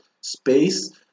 space